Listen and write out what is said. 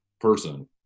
person